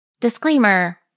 Disclaimer